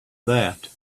that